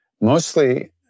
Mostly